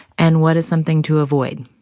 and what is something to avoid?